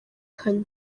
kane